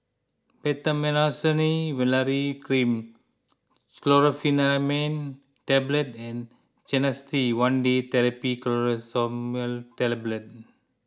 Betamethasone Valerate Cream Chlorpheniramine Tablets and Canesten one Day therapy Clotrimazole Tablet